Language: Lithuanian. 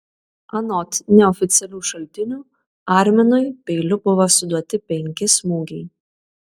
anot neoficialių šaltinių arminui peiliu buvo suduoti penki smūgiai